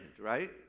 right